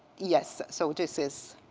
yes, so this is,